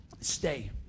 Stay